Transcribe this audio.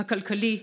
הכלכלי,